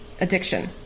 addiction